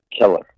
killer